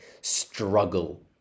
struggle